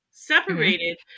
separated